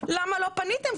למה לא פניתם?